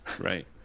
right